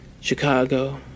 Chicago